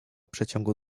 przeciągu